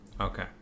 Okay